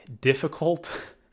difficult